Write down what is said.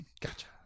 gotcha